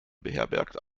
beherbergt